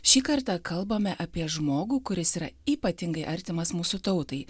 šį kartą kalbame apie žmogų kuris yra ypatingai artimas mūsų tautai